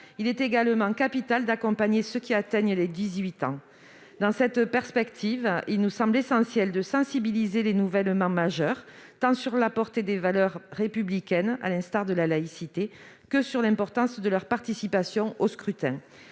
il est également capital d'accompagner ceux qui atteignent les 18 ans. Dans cette perspective, il nous semble essentiel de sensibiliser les jeunes devenus nouvellement majeurs tant sur la portée des valeurs républicaines, comme la laïcité, que sur l'importance de leur participation au scrutin.